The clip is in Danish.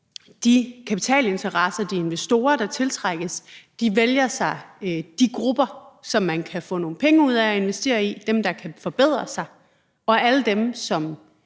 de kapitalinteresser og de investorer, der bliver tiltrukket, vælger de grupper, som man kan få nogle penge ud af at investere i, altså dem, der kan forbedre sig, og at alle dem, som